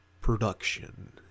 production